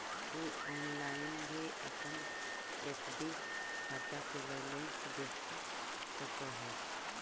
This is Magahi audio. तु ऑनलाइन भी अपन एफ.डी खाता के बैलेंस देख सकऽ हे